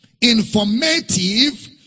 Informative